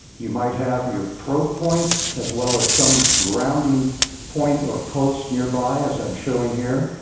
you might have your probe point as well as some grounding point or pulse nearby as i'm showing here,